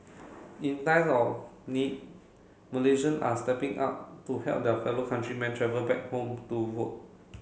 in times of need Malaysian are stepping up to help their fellow countrymen travel back home to vote